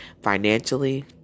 Financially